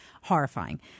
horrifying